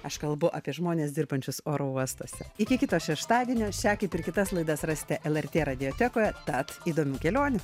aš kalbu apie žmones dirbančius oro uostuose iki kito šeštadienio šią kaip ir kitas laidas rasite lrt radijo tekoje tad įdomių kelionių